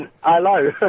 hello